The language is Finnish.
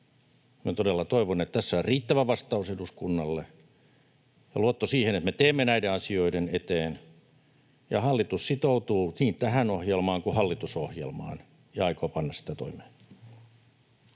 Minä todella toivon, että tässä on riittävä vastaus eduskunnalle ja luotto siihen, että me teemme näiden asioiden eteen ja hallitus sitoutuu niin tähän ohjelmaan kuin hallitusohjelmaan ja aikoo panna sitä toimeen.